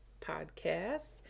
podcast